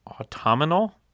autumnal